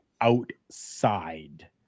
outside